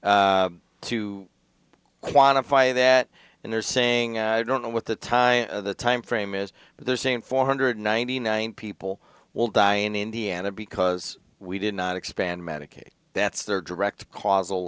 do to quantify that and they're saying i don't know what the time the time frame is but they're saying four hundred ninety nine people will die in indiana because we did not expand medicaid that's their direct causal